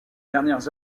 dernières